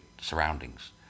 surroundings